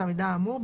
את המידע האמור,